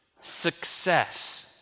success